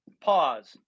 pause